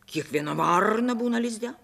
kiekviena varna būna lizde